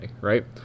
Right